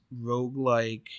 roguelike